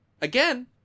Again